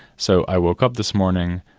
so, i woke up this morning,